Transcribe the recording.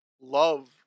love